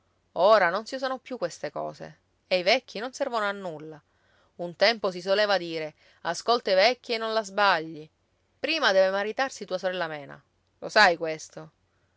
ora non si usano più queste cose e i vecchi non servono a nulla un tempo si soleva dire ascolta i vecchi e non la sbagli prima deve maritarsi tua sorella mena lo sai questo